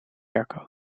airco